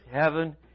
heaven